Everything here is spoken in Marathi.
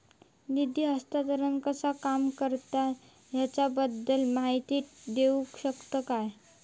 निधी हस्तांतरण कसा काम करता ह्याच्या बद्दल माहिती दिउक शकतात काय?